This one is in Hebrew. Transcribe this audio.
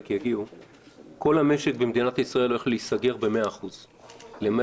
מישהו מכם ציפה ל-7,000